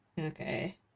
Okay